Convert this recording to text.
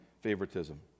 favoritism